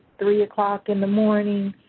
three o'clock in the morning,